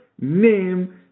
name